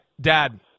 Dad